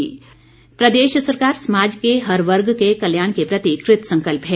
बिंदल प्रदेश सरकार समाज के हर वर्ग के कल्याण के प्रति कृतसंकल्प है